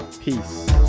Peace